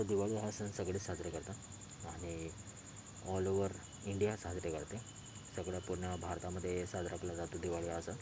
तर दिवाळी हा सण सगळेच साजरे करतात आणि ऑलओवर इंडिया साजरी करते सगळं पूर्ण भारतामध्ये साजरा केला जातो दिवाळी हा सण